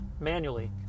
manually